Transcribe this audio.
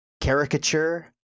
caricature